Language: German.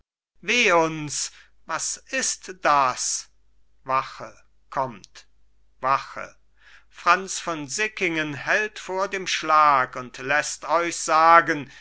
weh uns was ist das wache kommt wache franz von sickingen hält vor dem schlag und läßt euch sagen